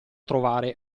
trovare